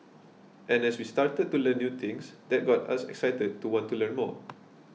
and as we started to learn new things that got us excited to want to learn more